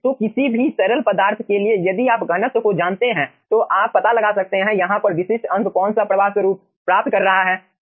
तो किसी भी तरल पदार्थ के लिए यदि आप घनत्व को जानते हैं तो आप पता लगा सकते हैं यहाँ पर विशिष्ट अंक कौन सा प्रवाह स्वरूप प्राप्त कर रहा है